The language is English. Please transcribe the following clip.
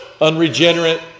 unregenerate